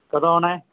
ਕਦੋਂ ਆਉਣਾ ਹੈ